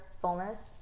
fullness